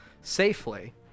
safely